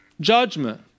judgment